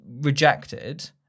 rejected